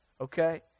Okay